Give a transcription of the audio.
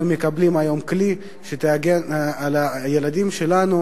אנחנו מקבלים היום כלי שיגן על הילדים שלנו